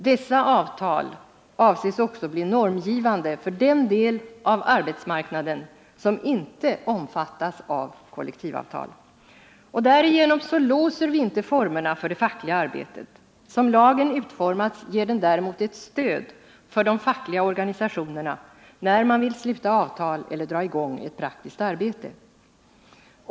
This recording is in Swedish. Dessa avtal avses också bli normgivande för den del av arbetsmarknaden som inte omfattas av kollektivavtal. Därigenom låser vi inte formerna för det fackliga arbetet. Som lagen utformats ger den däremot ett stöd för de fackliga organisationerna, när man vill sluta avtal eller dra i gång ett praktiskt arbete.